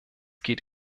geht